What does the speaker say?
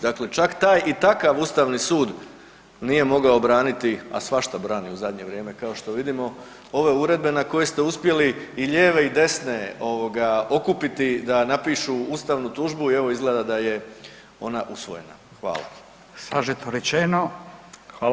Dakle, čak taj i takav Ustavni sud nije mogao obraniti, a svašta brani u zadnje vrijeme kao što vidimo, ove uredbe na koje ste uspjeli i lijeve i desne ovoga okupiti da napišu ustavnu tužbu i evo izgleda da je ona usvojena.